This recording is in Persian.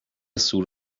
سور